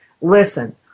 listen